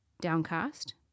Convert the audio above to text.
downcast